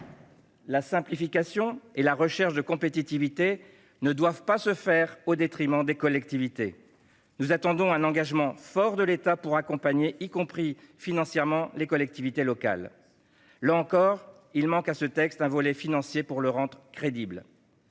La simplification et la recherche de la compétitivité ne doivent pas se faire au détriment des collectivités locales. Nous attendons un engagement fort de l'État pour accompagner celles-ci, y compris financièrement. Là encore, il manque à ce texte un volet financier pour le rendre crédible